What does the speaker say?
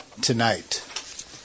tonight